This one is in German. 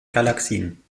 galaxien